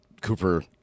cooper